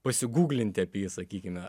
pasiguglinti apie jį sakykime